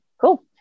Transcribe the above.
cool